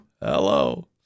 Hello